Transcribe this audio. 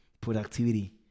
productivity